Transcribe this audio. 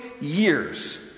years